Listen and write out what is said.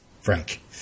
Frank